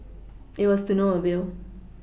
it was to no avail